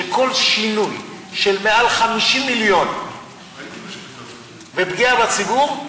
שכל שינוי של מעל 50 מיליון ופגיעה בציבור,